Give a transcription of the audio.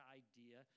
idea